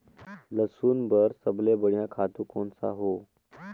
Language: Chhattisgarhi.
लसुन बार सबले बढ़िया खातु कोन सा हो?